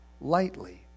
lightly